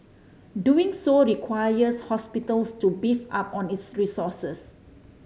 doing so requires hospitals to beef up on its resources